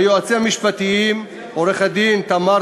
היועצים המשפטיים, עורך-הדין תומר